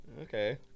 Okay